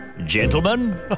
Gentlemen